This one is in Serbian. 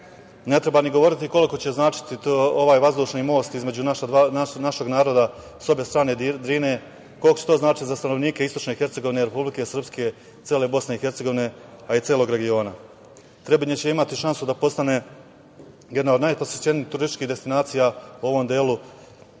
treba ni govoriti koliko će značiti ovaj vazdušni most između našeg naroda s obe strane Drine, koliko će to značiti za stanovnike istočne Hercegovine i Republike Srpske, cele BiH, a i celog regiona. Trebinje će imati šansu da postane jedna od najposećenijih turističkih destinacija u ovom delu